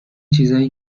چیزایی